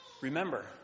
remember